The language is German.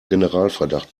generalverdacht